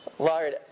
Lord